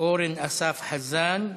אורן אסף חזן,